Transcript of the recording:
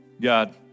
God